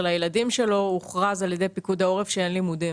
הילדים שלו הוכרז על ידי פיקוד העורף שאין לימודים.